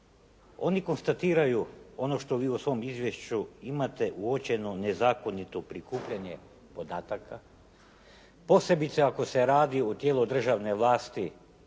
oni konstatiraju ono što vi u svom izvješću imate uočeno, nezakonito prikupljanje podataka, posebice ako se radi o tijelu državne vlasti